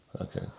Okay